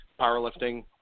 powerlifting